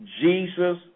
Jesus